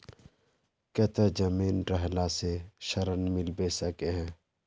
केते जमीन रहला से ऋण मिलबे सके है?